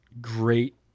great